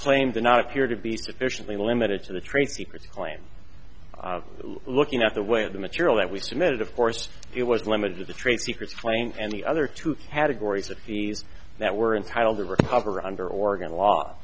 claims are not appear to be sufficiently limited to the trade secret claim looking at the way of the material that we submitted of course it was limited to the trade secrets plane and the other two categories of fees that we're entitled to recover under oregon law